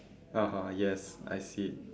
(uh huh) yes I see it